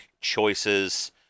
choices